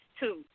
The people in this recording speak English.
two